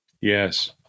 Yes